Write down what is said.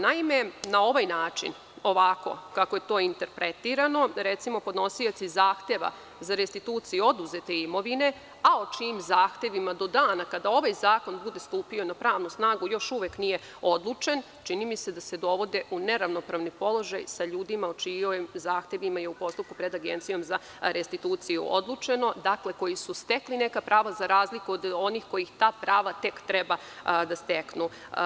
Naime, na ovaj način ovako kako je to interpretirano, recimo podnosioci zahteva za restituciju oduzete imovine, a o čijim zahtevima do dana kada ovaj zakon bude stupio na pravnu snagu, još uvek nije odlučen, čini mi se da se dovode u neravnopravni položaj sa ljudima o čijim zahtevima je u postupku pred Agencijom za restituciju odlučeno, koji su stekli neka prava za razliku od onih koji ta prava tek treba da steknu.